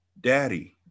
Daddy